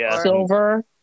silver